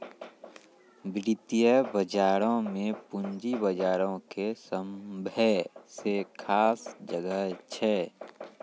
वित्तीय बजारो मे पूंजी बजारो के सभ्भे से खास जगह छै